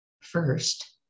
First